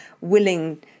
willing